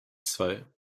zwei